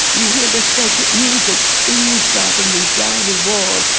you hear the sacred music eavesdrop in these gallery walls,